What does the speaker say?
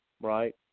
right